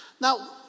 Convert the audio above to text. Now